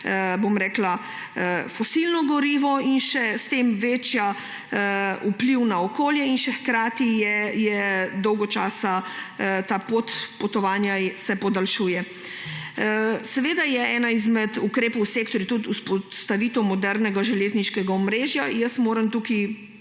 potrebuje fosilno gorivo in še s tem večji vpliv na okolje in še hkrati se ta pot potovanja podaljšuje. Seveda je en izmed ukrepov v sektorju tudi vzpostavitev modernega železniškega omrežja. Tukaj moram